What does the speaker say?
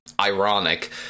Ironic